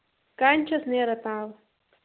کَنہِ چھِس نیران تام